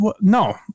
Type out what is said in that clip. No